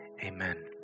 Amen